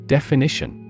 Definition